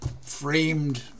framed